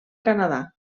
canadà